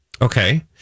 Okay